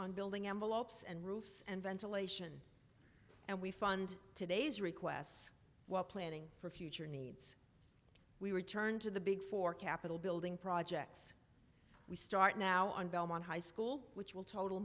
on building envelopes and roofs and ventilation and we fund today's requests while planning for future needs we return to the big four capital building projects we start now on belmont high school which will total